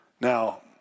Now